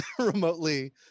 remotely